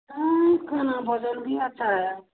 हाँ खाना बदल भी अच्छा है